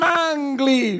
Mangly